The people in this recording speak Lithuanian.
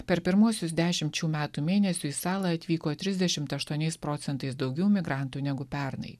per pirmuosius dešimt šių metų mėnesių į salą atvyko trisdešimt aštuoniais procentais daugiau migrantų negu pernai